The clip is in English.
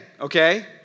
okay